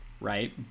right